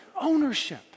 ownership